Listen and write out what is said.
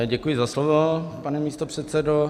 Děkuji za slovo, pane místopředsedo.